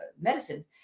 medicine